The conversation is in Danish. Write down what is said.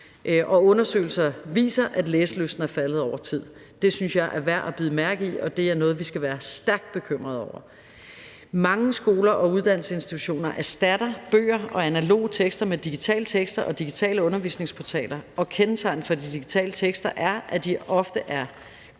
undersøgelser viser, at læselysten er faldet over tid. Det synes jeg er værd at bide mærke i, og det er noget, vi skal være stærkt bekymrede over. Mange skoler og uddannelsesinstitutioner erstatter bøger og analoge tekster med digitale tekster og digitale undervisningsportaler, og kendetegnende for de digitale tekster er, at de ofte er